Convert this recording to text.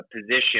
position